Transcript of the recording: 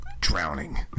drowning